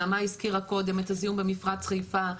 נעמה הסכימה קודם את הזיהום במפרץ חיפה,